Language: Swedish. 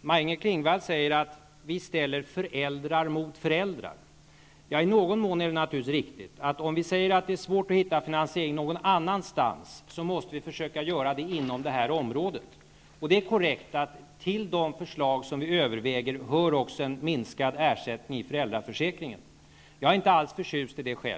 Maj-Inger Klingvall säger att vi ställer föräldrar mot föräldrar, och i någon mån är det naturligtvis riktigt. Om det är svårt att hitta en finansiering någon annanstans, måste vi ju försöka hitta en sådan inom det här området. Det är korrekt att till de förslag som vi överväger hör förslaget om minskad ersättning i föräldraförsäkringen. Själv är jag inte alls förtjust i det avseendet.